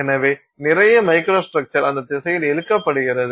எனவே நிறைய மைக்ரோஸ்ட்ரக்சர் அந்த திசையில் இழுக்கப்படுகிறது